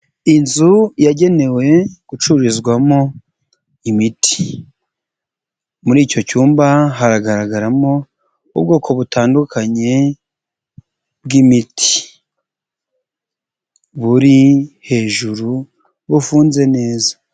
Inzu yagenewe gucururizwamo imiti, muri icyo cyumba haragaragaramo ubwoko butandukanye bw'imiti, buri hejuru bufunze neza.